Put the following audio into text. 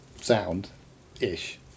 sound-ish